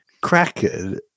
Cracker